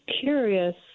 curious –